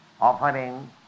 offering